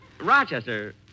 Rochester